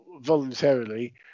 voluntarily